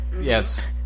Yes